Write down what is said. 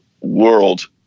world